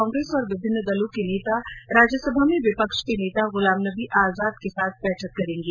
कांग्रेस और विभिन्न दलों के नेता राज्यसभा में विपक्ष के नेता गुलाम नबी आजाद के साथ बैठक करेंगे